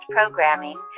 Programming